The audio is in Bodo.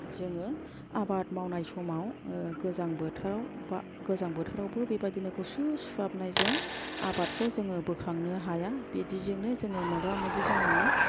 जोङो आबाद मावनाय समाव गोजां बोथोराव बा गोजां बोथोरावबो बेबादिनो गुसुब सुहाबनायजों आबादखौ जों बोखांनो हाया बिदिजोंनो जोङो मोगा मोगि जानाङो